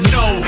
no